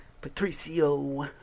Patricio